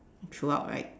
throughout right